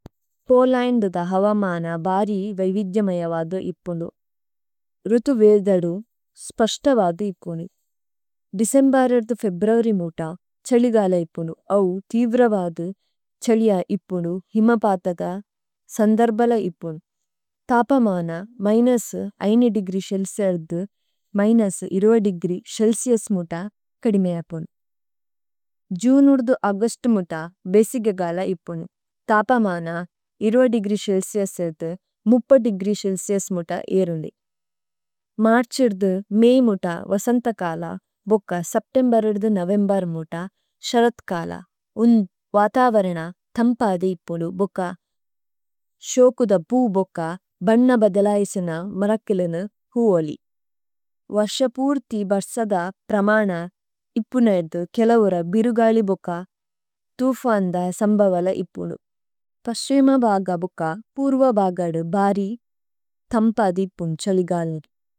പോലന്ദ്ദ ഹവ മാന ബാരി വൈവിദ്ജമജ വാദു ഇപുനു। രുതു വേവ്ദദു സ്പശ്ത വാദു ഇപുനു। ദിസേമ്ബരി അര്ദു ഫേബ്രുഅരി മുത ഛലി ഗാല ഇപുനു। ഔ ഫേവേര വാദു ഛലിഅ ഇപുനു। ഹിമ്മ പാതദ സന്ദര്ബല ഇപുനു। തപ മാന മിനുസ് ഐന ദിഗ്രി ശേല്സേ അദ്ദു, മിനുസ് ഇര്വ ദിഗ്രി ശേല്സേഅസ് മുത കദിമേഅ ഇപുനു। ജുനുദു ഔഗുസ്തു മുത ബേസിഗേ ഗാല ഇപുനു। ഇര്വ ദിഗ്രി ശേല്സേഅസ് ഇദ്ദു, മുപ്പ ദിഗ്രി ശേല്സേഅസ് മുത ഏരുനു। മര്ഛ് ഇദ്ദു മേഇ മുത വസന്ത കാല। ഭുക്ക സേപ്തേമ്ബേര് ഇദ്ദു നോവേമ്ബരു മുത ശരഥ് കാല। ഉനു വാതവരന ഥമ്പദി ഇപുനു ബുക്ക। ശോകുദ പൂ ബുക്ക, ബന്ന ബദലൈസുന മരകിലുനു കുഓലി। വര്സപുര്ഥി ബര്സദ പ്രമാന, ഇപുനു ഇദ്ദു കേലൌര ബിരുഗലി ബുക്ക। തുഫന്ദ സമ്ബവല ഇപുനു। അശ്വിമ ബഗ ബുക്ക, പുര്വ ബഗദു ബാരി, ഥമ്പദി പുന്ഛലി ഗാലി।